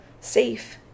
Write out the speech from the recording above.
safe